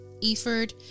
Eford